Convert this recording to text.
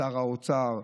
שר האוצר,